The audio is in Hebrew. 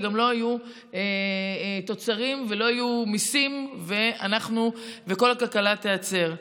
שגם לא יהיו תוצרים ולא יהיו מיסים וכל הכלכלה תיעצר.